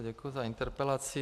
Děkuji za interpelaci.